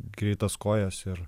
greitas kojas ir